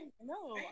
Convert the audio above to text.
No